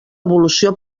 evolució